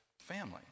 family